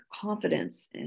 confidence